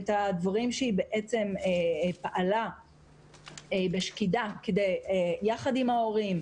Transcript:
את הדברים שהיא פעלה בשקידה ביחד עם ההורים.